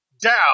DOWN